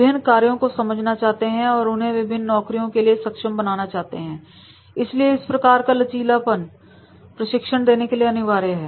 विभिन्न कार्यों को समझना चाहते हैं और उन्हें विभिन्न नौकरियों के लिए सक्षम बनाना चाहते हैं इसलिए इस प्रकार का लचीलापन प्रशिक्षण देने के लिए अनिवार्य हैं